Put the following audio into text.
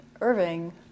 Irving